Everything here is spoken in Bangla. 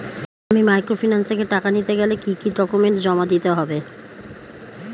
আমি মাইক্রোফিন্যান্স থেকে টাকা নিতে গেলে কি কি ডকুমেন্টস জমা দিতে হবে?